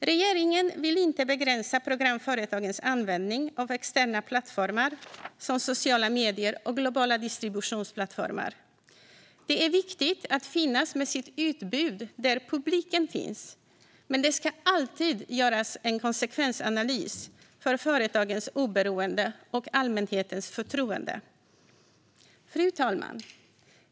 Regeringen vill inte begränsa programföretagens användning av externa plattformar, som sociala medier och globala distributionsplattformar. Det är viktigt att finnas med sitt utbud där publiken finns, men det ska alltid göras en konsekvensanalys för företagens oberoende och allmänhetens förtroende. Fru talman!